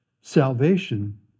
Salvation